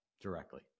directly